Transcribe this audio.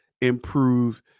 improve